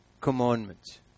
commandments